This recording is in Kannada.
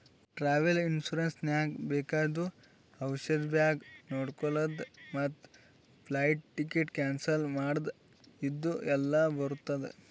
ಟ್ರಾವೆಲ್ ಇನ್ಸೂರೆನ್ಸ್ ನಾಗ್ ಬೇಕಾಗಿದ್ದು ಔಷಧ ಬ್ಯಾಗ್ ನೊಡ್ಕೊಳದ್ ಮತ್ ಫ್ಲೈಟ್ ಟಿಕೆಟ್ ಕ್ಯಾನ್ಸಲ್ ಮಾಡದ್ ಇದು ಎಲ್ಲಾ ಬರ್ತುದ